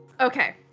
okay